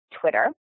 Twitter